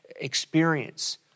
experience